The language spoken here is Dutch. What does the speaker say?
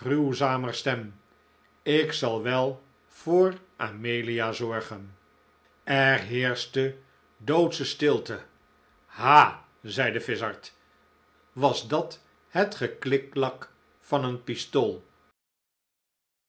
gruwzamer stem ik zal wel voor amelia zorgen er heerschte doodsche stilte ha zeide vizard was dat het geklikklak van een pistool